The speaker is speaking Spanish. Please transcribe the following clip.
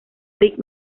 rick